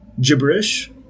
gibberish